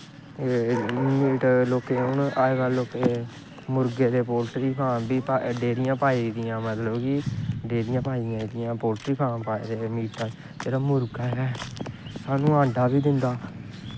हून लोकें अजकल्ल लोकें हून लोकें मुर्गें दियां पोल्ट्री फार्म डेरियां पाई दियां मतलब कि डेरियां पाई दियां पोल्ट्री फार्म पाए दे जेह्ड़ा मुर्गा ऐ सानूं अंडा बी दिंदा